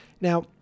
Now